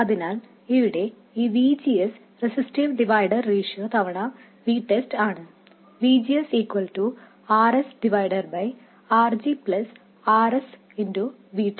അതിനാൽ ഇവിടെ ഈ VGS റെസിസ്റ്റീവ് ഡിവൈഡർ റേഷ്യോ തവണ VTEST ആണ് VGS Rs RG RsVTEST